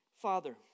Father